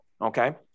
okay